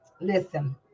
listen